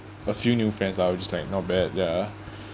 a few new friends lah which is like not bad ya